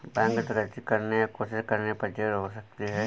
bank डकैती करने या कोशिश करने पर जेल हो सकती है